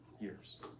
years